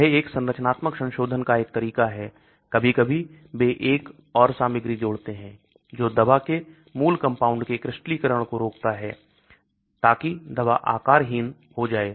यह संरचनात्मक संशोधन का एक तरीका है कभी कभी वे एक और सामग्री जोड़ते हैं जो दवा के मूल कंपाउंड के क्रिस्टलीकरण को रोकता है ताकि दवा आकारहीन हो जाए